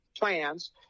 plans